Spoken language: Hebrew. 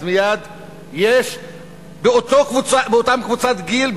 מייד באותה קבוצת גיל,